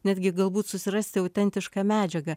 netgi galbūt susirasti autentišką medžiagą